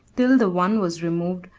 till the one was removed,